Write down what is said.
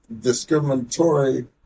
discriminatory